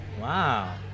Wow